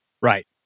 Right